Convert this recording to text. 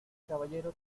caballero